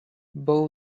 bow